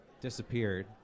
disappeared